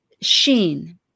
Sheen